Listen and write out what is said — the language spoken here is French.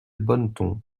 bonneton